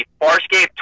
Farscape